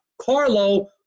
Carlo